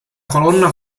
colonna